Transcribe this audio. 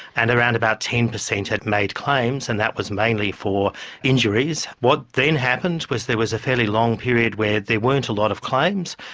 and around about ten percent had made claims, and that was mainly for injuries. what then happened was there was a fairly long period where there weren't a lot of claims,